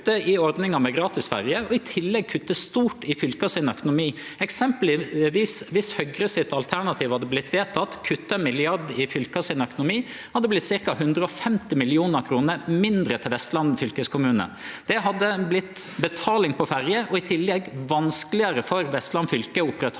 i ordninga med gratis ferje og i tillegg kutte stort i fylka sin økonomi. Eksempelvis: Viss Høgre sitt alternativ hadde vorte vedteke, med milliardkutt i fylka sin økonomi, hadde det vorte ca. 150 mill. kr mindre til Vestland fylkeskommune. Det hadde vorte betaling på ferjer og i tillegg vanskelegare for Vestland fylke å oppretthalde